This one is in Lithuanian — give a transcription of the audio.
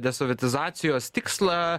desovietizacijos tikslą